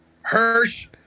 Hirsch